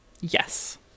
Yes